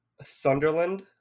Sunderland